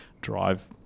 drive